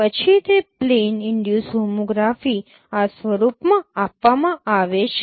પછી તે plane induce homography આ સ્વરૂપમાં આપવામાં આવે છે